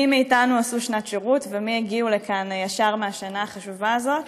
מי מאיתנו עשו שנת שירות ומי הגיעו לכאן ישר מהשנה החשובה הזאת,